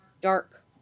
dark